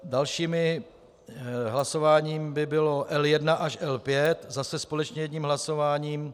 Dalším hlasováním by bylo L1 až L5 zase společně jedním hlasováním.